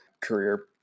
career